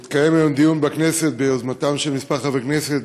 התקיים היום דיון בכנסת ביזמתם של כמה חברי כנסת,